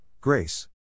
Grace